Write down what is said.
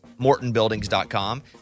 MortonBuildings.com